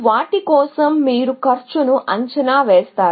వాటి కోసం మీరు కాస్ట్ను అంచనా వేస్తారు